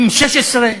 16M-,